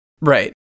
right